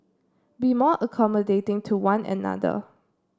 be more accommodating to one another